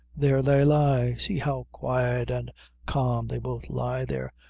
there they lie! see how quiet an' calm they both lie there,